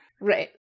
right